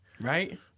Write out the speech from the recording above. Right